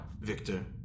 Victor